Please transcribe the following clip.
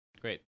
Great